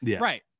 Right